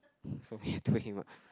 so we have to wake him up